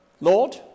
Lord